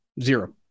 Zero